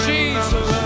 Jesus